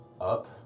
up